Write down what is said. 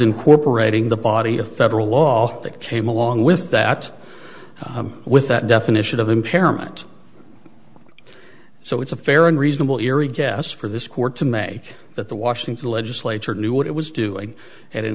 incorporating the body of federal law that came along with that with that definition of impairment so it's a fair and reasonable eery guess for this court to make that the washington legislature knew what it was doing a